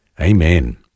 Amen